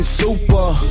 super